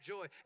Joy